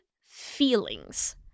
feelings